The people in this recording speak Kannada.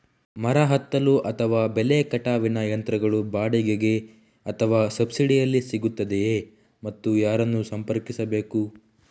ಮರ ಹತ್ತಲು ಅಥವಾ ಬೆಲೆ ಕಟಾವಿನ ಯಂತ್ರಗಳು ಬಾಡಿಗೆಗೆ ಅಥವಾ ಸಬ್ಸಿಡಿಯಲ್ಲಿ ಸಿಗುತ್ತದೆಯೇ ಮತ್ತು ಯಾರನ್ನು ಸಂಪರ್ಕಿಸಬೇಕು?